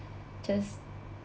just